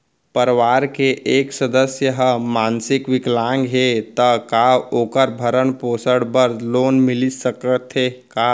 परवार के एक सदस्य हा मानसिक विकलांग हे त का वोकर भरण पोषण बर लोन मिलिस सकथे का?